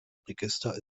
register